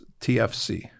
TFC